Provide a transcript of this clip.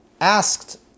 asked